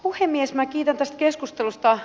minä kiitän tästä keskustelusta